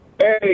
Hey